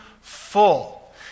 full